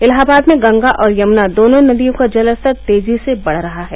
इलाहाबाद में गंगा और यमुना दोनों नदियों का जलस्तर तेजी से बढ़ रहा है